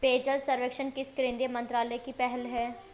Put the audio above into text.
पेयजल सर्वेक्षण किस केंद्रीय मंत्रालय की पहल है?